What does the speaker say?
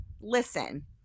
listen